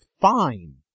fine